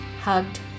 Hugged